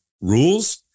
rules